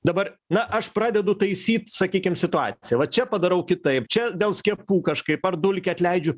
dabar na aš pradedu taisyt sakykim situaciją va čia padarau kitaip čia dėl skiepų kažkaip ar dulkį atleidžiu